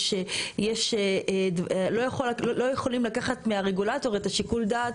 יש, יש, לא יכולים לקחת מהרגולטור את שיקול הדעת.